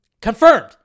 Confirmed